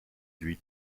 huit